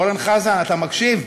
אורן חזן, אתה מקשיב?